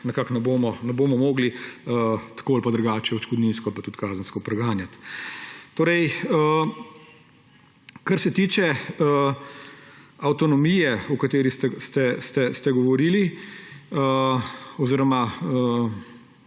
pa ne bomo mogli tako ali pa drugače odškodninsko pa tudi kazensko preganjati. Kar se tiče avtonomije, o kateri ste govorili oziroma